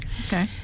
okay